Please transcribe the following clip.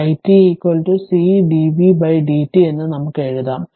i t C dv dt എന്ന് നമുക്ക് എഴുതാം